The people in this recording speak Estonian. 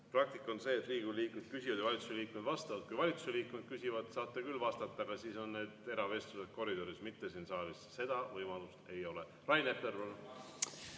Praktika on see, et Riigikogu liikmed küsivad ja valitsuse liikmed vastavad. Kui valitsuse liikmed küsivad, saate küll vastata, aga siis on need eravestlused koridoris, mitte siin saalis. Seda võimalust ei ole. Rain Epler,